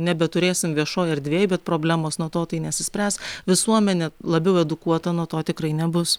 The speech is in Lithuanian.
nebeturėsim viešoj erdvėj bet problemos nuo to tai nesispręs visuomenė labiau edukuota nuo to tikrai nebus